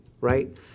Right